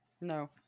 no